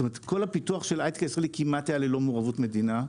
כל הפיתוח של ההייטק הישראלי היה כמעט ללא מעורבות מדינה.